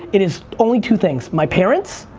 it is only two things, my parents,